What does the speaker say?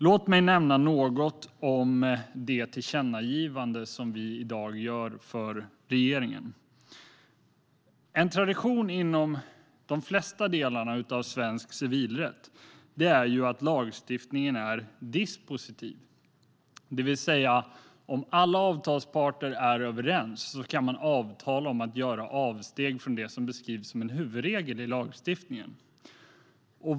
Låt mig nämna något om det tillkännagivande som vi i dag lämnar till regeringen. En tradition inom de flesta delarna inom svensk civilrätt är att lagstiftningen är dispositiv, det vill säga att om alla avtalsparter är överens kan man avtala om att göra avsteg från det som beskrivs som en huvudregel i lagstiftningen.